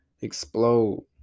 explode